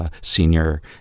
senior